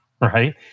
right